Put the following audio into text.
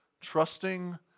Trusting